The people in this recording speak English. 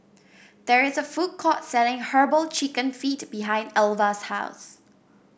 there is a food court selling herbal chicken feet behind Alva's house